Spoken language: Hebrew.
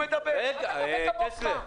--- טסלר,